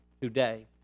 today